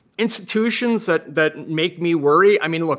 institutions that that make me worry i mean, like